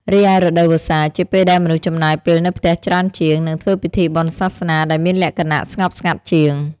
រីឯរដូវវស្សាជាពេលដែលមនុស្សចំណាយពេលនៅផ្ទះច្រើនជាង និងធ្វើពិធីបុណ្យសាសនាដែលមានលក្ខណៈស្ងប់ស្ងាត់ជាង។